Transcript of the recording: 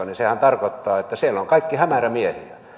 niin sehän tarkoittaa että siellä ovat kaikki hämärämiehiä